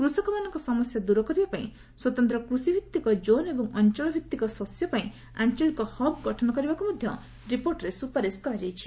କୃଷକମାନଙ୍କ ସମସ୍ୟା ଦୂର କରିବାପାଇଁ ସ୍ୱତନ୍ତ୍ର କୃଷିଭିତ୍ତିକ ଜୋନ୍ ଏବଂ ଅଞ୍ଚଳଭିତ୍ତିକ ଶସ୍ୟ ପାଇଁ ଆଞ୍ଚଳିକ ହବ୍ ଗଠନ କରିବାକୁ ମଧ୍ୟ ରିପୋର୍ଟରେ ସ୍ୱପାରିସ୍ କରାଯାଇଛି